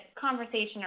conversation